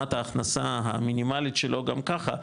מהשלמת ההכנסה המינימלית שלו גם ככה,